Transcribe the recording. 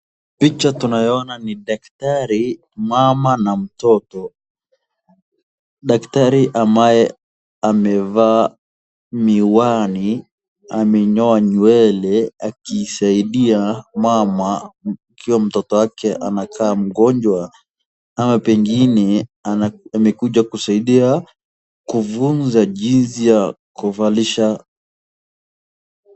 Picha tunayoona ni daktari, mama na mtoto, daktari ambaye amevaa miwani, amenyoa nywele akisaidia mama ikiwa mtoto wake anakaa mgonjwa ama pengine amekuja kusaidia kufunza jinsi ya kuvalisha.